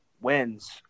wins